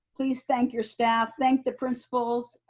please thank your staff, thank the principals,